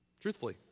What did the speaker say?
Truthfully